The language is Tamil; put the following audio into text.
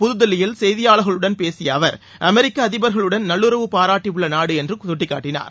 புதுதில்லியில் செய்தியாளர்களுடன் பேசிய அவர் அமெரிக்க அதிபர்களுடன் நல்லுறவு பாராட்டியுள்ள நாடு எனறும் அவர் கட்டிக் காட்டினார்